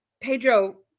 Pedro